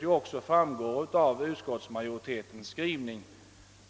som också framgår av utskottets skrivning.